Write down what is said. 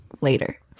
later